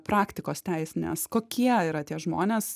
praktikos teisinės kokie yra tie žmonės